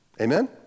Amen